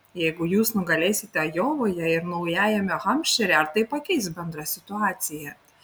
jeigu jūs nugalėsite ajovoje ir naujame hampšyre ar tai pakeis bendrą situaciją